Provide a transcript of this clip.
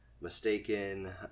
mistaken